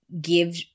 give –